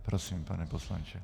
Prosím, pane poslanče.